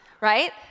Right